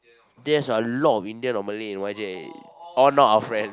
there's a lot of Indian or Malay in Y_J all not our friend